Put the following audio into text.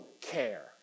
care